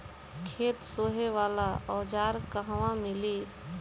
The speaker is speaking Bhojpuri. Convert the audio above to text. खेत सोहे वाला औज़ार कहवा मिली?